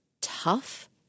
tough